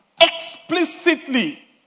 explicitly